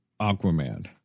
Aquaman